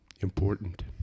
Important